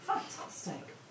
Fantastic